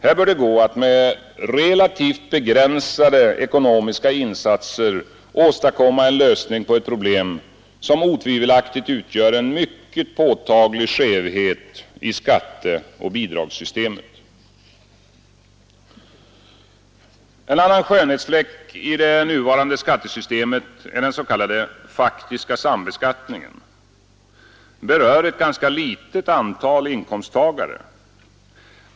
Här bör det gå att med relativt begränsade ekonomiska insatser åstadkomma en lösning på ett problem som otvivelaktigt utgör en mycket påtaglig skevhet i skatteoch bidragssystemet. En annan skönhetsfläck i det nuvarande skattesystemet är den s.k. faktiska sambeskattningen. Den berör ett ganska litet antal inkomsttagare.